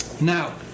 Now